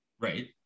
Right